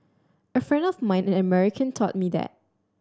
a friend of mine an American taught me that